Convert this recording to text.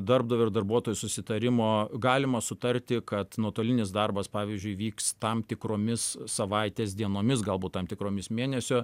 darbdavio ir darbuotojo susitarimo galima sutarti kad nuotolinis darbas pavyzdžiui vyks tam tikromis savaitės dienomis galbūt tam tikromis mėnesio